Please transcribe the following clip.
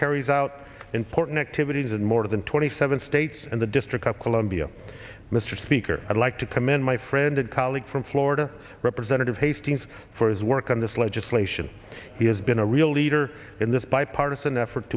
carries out important activities in more than twenty seven states and the district of columbia mr speaker i'd like to commend my friend and colleague from florida representative hastings for his work on this legislation he has been a real leader in this bipartisan effort